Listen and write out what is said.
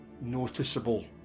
noticeable